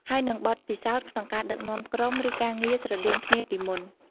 ហើយនិងបទពិសោធន៍ក្នុងការដឹកនាំក្រុម ឬការងារស្រដៀងគ្នាពីមុន។